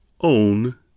own